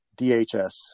DHS